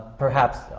perhaps,